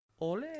ole